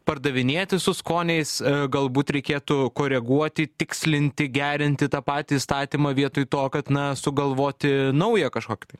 pardavinėti su skoniais galbūt reikėtų koreguoti tikslinti gerinti tą patį įstatymą vietoj to kad na sugalvoti naują kažkokį tai